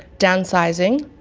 downsizing,